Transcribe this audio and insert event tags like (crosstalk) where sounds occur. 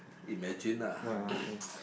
imagine ah (coughs)